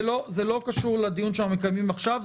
זה לא קשור לדיון שאנחנו מקיימים עכשיו.